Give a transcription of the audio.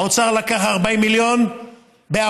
האוצר לקח 40 מיליון בעוונטה.